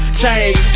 change